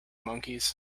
monkeys